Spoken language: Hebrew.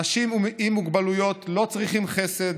אנשים עם מוגבלויות לא צריכים חסד,